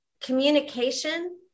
communication